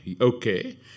okay